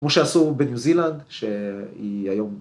כמו שעשו בניו זילנד שהיא היום..